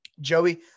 Joey